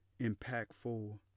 impactful